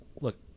look